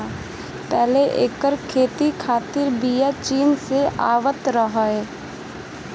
पहिले एकर खेती खातिर बिया चीन से आवत रहे